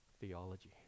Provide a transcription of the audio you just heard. theology